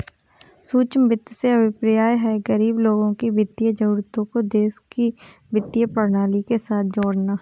सूक्ष्म वित्त से अभिप्राय है, गरीब लोगों की वित्तीय जरूरतों को देश की वित्तीय प्रणाली के साथ जोड़ना